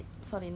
yes